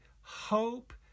hope